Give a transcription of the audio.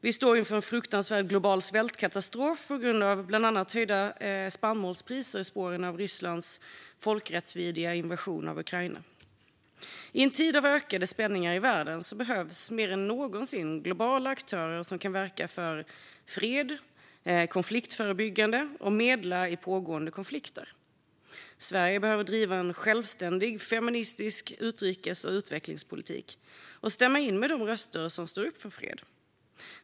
Vi står inför en fruktansvärd global svältkatastrof på grund av bland annat höjda spannmålspriser i spåren av Rysslands folkrättsvidriga invasion av Ukraina. I en tid av ökande spänningar i världen behövs mer än någonsin globala aktörer som kan verka för fred, arbeta konfliktförebyggande och medla i pågående konflikter. Sverige behöver driva en självständig feministisk utrikes och utvecklingspolitik och stämma in i de röster som står upp för fred.